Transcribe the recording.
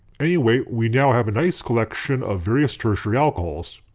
anyway, we now have a nice collection of various tertiary alcohols.